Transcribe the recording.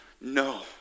No